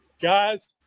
guys